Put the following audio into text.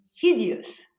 hideous